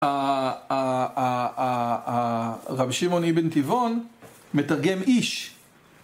הרב שמעון אבן טבעון מתרגם איש